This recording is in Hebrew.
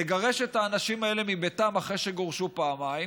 לגרש את האנשים האלה מביתם אחרי שגורשו פעמיים.